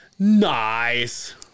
nice